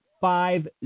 Five